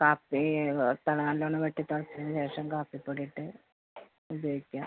കാപ്പി തിള നല്ലോണം വെട്ടി തിളച്ചതിന് ശേഷം കാപ്പിപ്പൊടിയിട്ട് ഉപയോഗിക്കുക